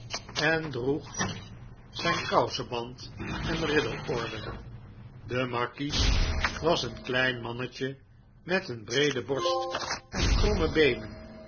en droeg zijn kouseband en ridderorden de markies was een klein mannetje met breede borst en kromme beenen